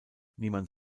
niemand